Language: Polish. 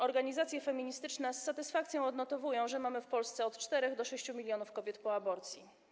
Organizacje feministyczne z satysfakcją odnotowują, że mamy w Polsce od 4 do 6 mln kobiet po aborcji.